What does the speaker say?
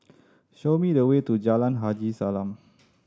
show me the way to Jalan Haji Salam